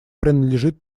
принадлежит